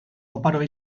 oparoa